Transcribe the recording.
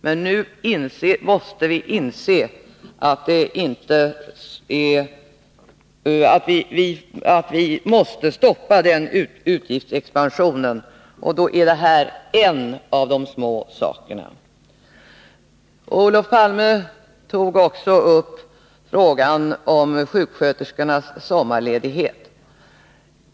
Men nu måste vi inse att den utgiftsexpansionen måste stoppas, och då är detta en av möjligheterna. Olof Palme tog också upp frågan om sjuksköterskornas sommarledighet.